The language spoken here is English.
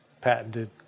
patented